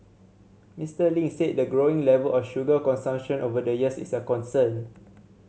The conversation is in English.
Mister Ling said the growing level of sugar consumption over the years is a concern